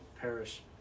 perish